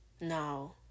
no